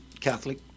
Catholic